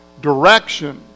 Direction